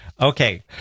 Okay